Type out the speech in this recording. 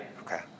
Okay